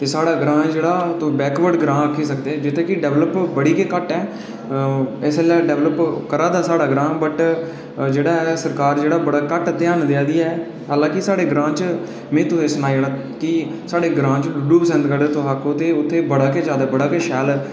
ते साढ़ा ग्रांऽ ऐ जेह्ड़ा ओह् इक बैकवर्ड ग्रांऽ आक्खी सकदे ओ जित्थै डैवलप बड़ी गै घट्ट ऐ इसलै डैवलैप करा दा साढ़ा ग्रांऽ पर सरकार जेह्ड़ा बड़ा घट्ट ध्यान देआ दी ऐ हालांकि साढ़े ग्रांऽ च